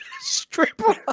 stripper